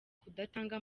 kudatanga